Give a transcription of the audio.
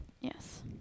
Yes